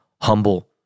Humble